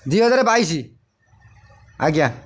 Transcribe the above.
ଦୁଇହଜାର ବାଇଶ ଆଜ୍ଞା